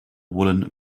woolen